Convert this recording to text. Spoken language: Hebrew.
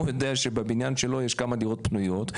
הוא יודע שבבניין שלו יש כמה דירות פנויות,